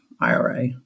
IRA